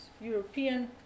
European